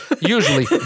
Usually